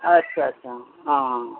اچھا اچھا ہاں